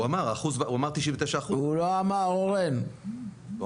כמה בתוך ה-50% הם